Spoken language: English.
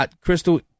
Crystal